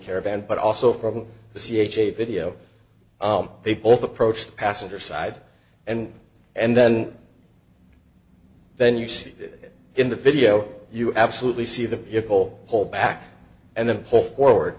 caravan but also from the c h p video they both approached the passenger side and and then then you see it in the video you absolutely see the vehicle hold back and then pull forward